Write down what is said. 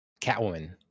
Catwoman